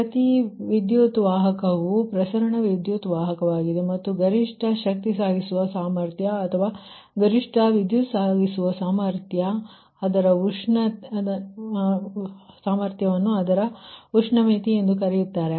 ಪ್ರತಿ ವಿದ್ಯುತ್ ವಾಹಕವು ಪ್ರಸರಣ ವಿದ್ಯುತ್ ವಾಹಕವಾಗಿದೆ ಮತ್ತು ಗರಿಷ್ಠ ಶಕ್ತಿ ಸಾಗಿಸುವ ಸಾಮರ್ಥ್ಯ ಅಥವಾ ಗರಿಷ್ಠ ವಿದ್ಯುತ್ ಸಾಗಿಸುವ ಸಾಮರ್ಥ್ಯವನ್ನು ಅದರ ಉಷ್ಣ ಮಿತಿ ಎಂದು ಕರೆಯುತ್ತಾರೆ